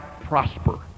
prosper